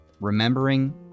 Remembering